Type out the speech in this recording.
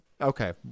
Okay